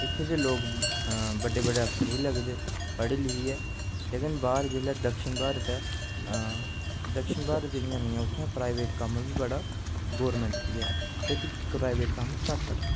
ते इत्थें दे लोक बड्डे बड्डे अफ्सर बी लगदे पढ़ी लिखियै लेकिन बाहर जेह्ड़ा दक्षिण भारत ऐ आं दक्षिण भारत इंया निं ऐ उत्थें प्राईवेट कम्म बी बड़ा ते गौरमेंट बी ऐ इत्त प्राईवेट कम्म घट्ट ऐ